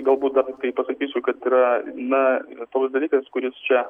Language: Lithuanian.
galbūt dar tiktai pasakysiu kad yra na toks dalykas kuris čia